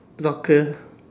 not clear